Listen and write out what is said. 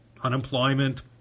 Unemployment